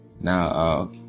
Now